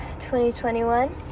2021